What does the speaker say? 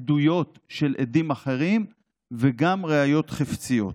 עדויות של עדים אחרים וגם ראיות חפציות.